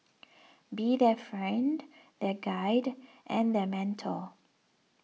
be their friend their guide and their mentor